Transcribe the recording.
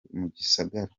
gisagara